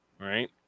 right